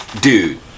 dude